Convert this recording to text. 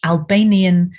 Albanian